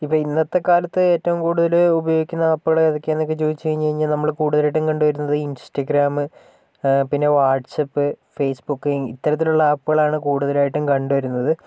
ഇപ്പോൾ ഇന്നത്തെ കാലത്ത് ഏറ്റവും കൂടുതല് ഉപയോഗിക്കുന്ന ആപ്പുകള് ഏതൊക്കെയാണെന്ന് ചോദിച്ച് കഴിഞ്ഞ് കഴിഞ്ഞാൽ നമ്മള് കൂടുതലായിട്ടും കണ്ടു വരുന്നത് ഇൻസ്റ്റഗ്രാമ് പിന്നെ വാട്സപ്പ് ആപ് ഫേസ്ബുക്ക് ഇത്തരത്തിലുള്ള ആപ്പുകളാണ് കൂടുതലായിട്ടും കണ്ടു വരുന്നത്